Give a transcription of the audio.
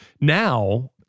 now